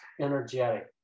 energetic